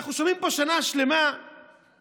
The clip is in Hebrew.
אנחנו שומעים פה שנה שלמה מילים,